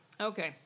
Okay